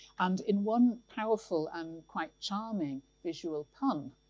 and in one powerful and quite charming visual pun,